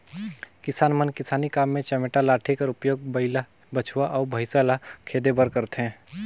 किसान मन किसानी काम मे चमेटा लाठी कर उपियोग बइला, बछवा अउ भइसा ल खेदे बर करथे